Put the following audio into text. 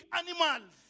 animals